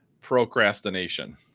procrastination